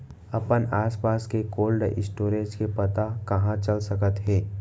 अपन आसपास के कोल्ड स्टोरेज के पता कहाँ चल सकत हे?